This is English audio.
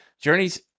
journeys